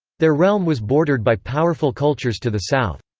their realm was bordered by powerful cultures to the south.